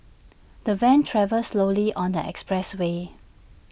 the van travelled slowly on the expressway